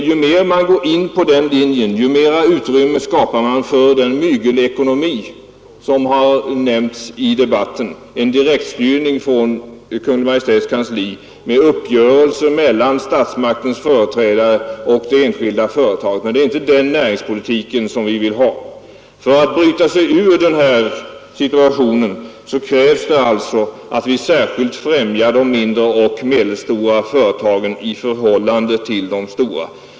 Ju mer man går på den linjen desto mer utrymme skapas för den ”mygelekonomi” som har nämnts i debatten, en direktstyrning från Kungl. Maj:ts kansli med uppgörelser mellan statsmakternas företrädare och det enskilda företaget. Det är inte den näringspolitiken vi vill ha. För att bryta sig ur den här situationen krävs det att vi särskilt främjar de mindre och medelstora företagen i förhållande till de stora.